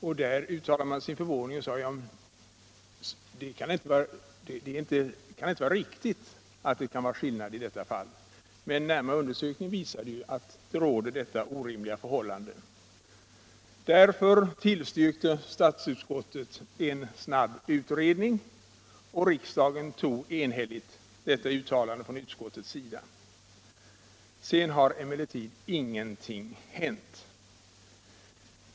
Där uttalade man sin förvåning och sade: Det kan inte vara riktigt att det är skillnad mellan dessa fall. — Men närmare undersökning visade att detta orimliga förhållande rådde. Därför tillstyrkte statsutskottet en snabb utredning och riksdagen antog enhälligt detta uttalande från utskottets sida. Sedan har emellertid ingenting hänt.